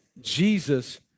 Jesus